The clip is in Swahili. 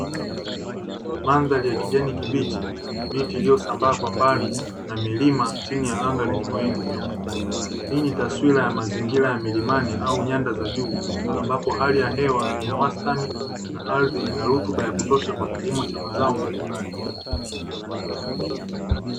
Mandhari ya kijani kibichi miti iliyo sambaa kwa mbali na milima chini ya anga lenye mawingu meupe, Ikitadhimini taswira ya mazingira ya milimani au nyanda za juu ambapo hali ya hewa ni ya wastani na ardhi inarutuba ya kutosha kwa kilimo cha mazao mbalimbali.